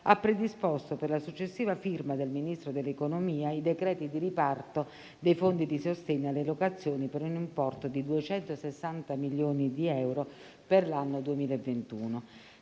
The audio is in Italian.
ha predisposto per la successiva firma del Ministro dell'economia i decreti di riparto dei fondi di sostegno alle locazioni per un importo di 260 milioni di euro per l'anno 2021.